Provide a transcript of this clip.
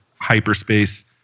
hyperspace